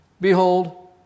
behold